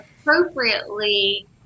appropriately